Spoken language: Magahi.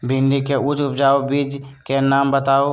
भिंडी के उच्च उपजाऊ बीज के नाम बताऊ?